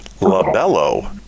LaBello